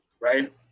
right